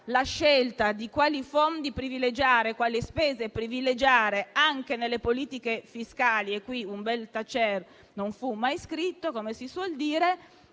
la scelta di quali fondi e quali spese privilegiare, anche nelle politiche fiscali - e qui un bel tacer non fu mai scritto, come si suol dire